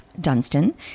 Dunstan